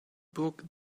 book